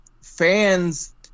fans